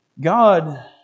God